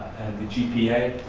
the gpa.